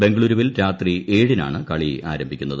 ബംഗളൂരുവിൽ രാത്രി ഏഴിനാണ് കളി ആരംഭിക്കുന്നത്